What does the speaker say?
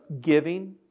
giving